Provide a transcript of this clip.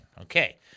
Okay